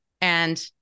and-